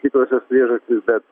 tikrosios priežastys bet